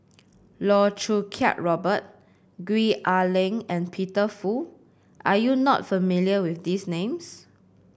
Loh Choo Kiat Robert Gwee Ah Leng and Peter Fu are you not familiar with these names